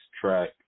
track